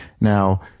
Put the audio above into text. Now